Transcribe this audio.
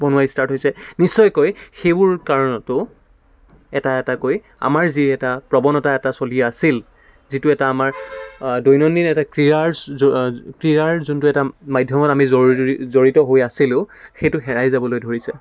বনোৱা ষ্টাৰ্ট হৈছে নিশ্চয়কৈ সেইবোৰ কাৰণতো এটা এটাকৈ আমাৰ যি এটা প্ৰৱণতা এটা চলি আছিল যিটো এটা আমাৰ দৈনন্দিন এটা ক্ৰীড়াৰ ক্ৰীড়াৰ যোনটো এটা মাধ্যমত আমি জৰুৰী জড়িত হৈ আছিলোঁ সেইটো হেৰাই যাবলৈ ধৰিছে